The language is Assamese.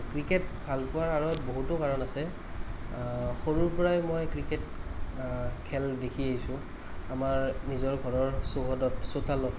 ক্ৰিকেট ভাল পোৱাৰ আঁৰত বহুতো কাৰণ আছে সৰুৰ পৰাই মই ক্ৰিকেট খেল দেখি আহিছোঁ আমাৰ নিজৰ ঘৰৰ চৌহদত চোতালত